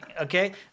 Okay